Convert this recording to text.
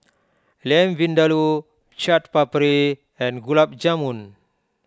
Lamb Vindaloo Chaat Papri and Gulab Jamun